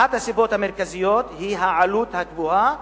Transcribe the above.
אחת הסיבות המרכזיות היא העלות הגבוהה